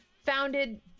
founded